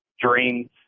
dreams